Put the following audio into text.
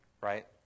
right